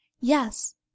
Yes